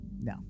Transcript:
No